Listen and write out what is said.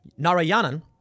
Narayanan